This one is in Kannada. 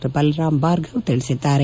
ಖಲರಾಮ್ ಭಾರ್ಗವ ತಿಳಿಸಿದ್ದಾರೆ